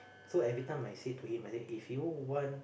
so every time I said to him if you want